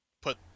put